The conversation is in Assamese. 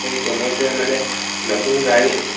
সেই তেনেদৰে মানে নতুন গাড়ী